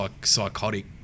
psychotic